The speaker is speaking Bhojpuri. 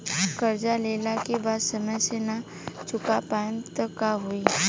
कर्जा लेला के बाद समय से ना चुका पाएम त का होई?